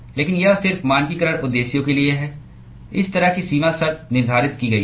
लेकिन यह सिर्फ मानकीकरण उद्देश्यों के लिए है इस तरह की सीमा शर्त निर्धारित की गई है